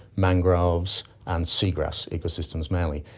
mangroves and seagrass ecosystems mainly,